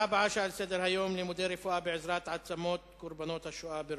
הנושא הבא: הצעות לסדר-היום שמספרן 890 ו-902.